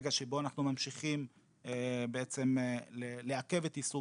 לרגע שבו אנחנו ממשיכים לעכב את יישום